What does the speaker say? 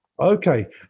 Okay